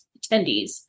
attendees